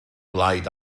blaid